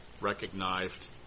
recognized